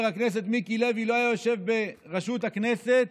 הכנסת מיקי לוי לא היה יושב בראשות הכנסת,